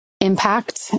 impact